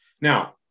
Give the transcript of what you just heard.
Now